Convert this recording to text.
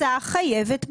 לפי הכנסה חייבת במס.